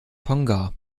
tonga